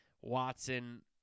Watson